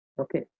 Okay